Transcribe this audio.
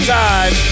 time